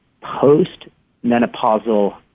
post-menopausal